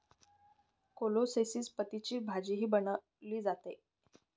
कोलोसेसी पतींची भाजीही बनवली जाते